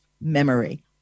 memory